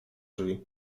drzwi